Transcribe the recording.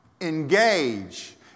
Engage